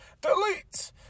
delete